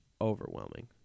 overwhelming